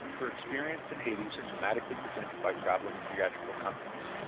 her experiences in hades are dramatically presented by traveling theatrical companies.